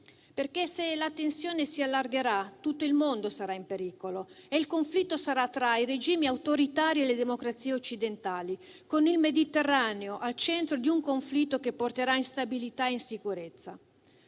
Se la tensione si allargherà, tutto il mondo sarà in pericolo e il conflitto sarà tra i regimi autoritari e le democrazie occidentali, con il Mediterraneo al centro di un conflitto che porterà instabilità e insicurezza.